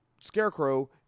Scarecrow